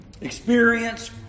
Experience